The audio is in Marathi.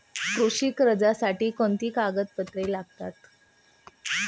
कृषी कर्जासाठी कोणती कागदपत्रे लागतात?